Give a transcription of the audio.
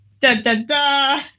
Da-da-da